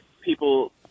people